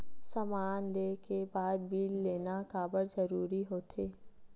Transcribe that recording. समान ले के बाद बिल लेना काबर जरूरी होथे?